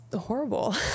horrible